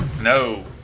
No